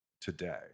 Today